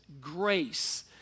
grace